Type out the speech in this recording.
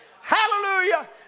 Hallelujah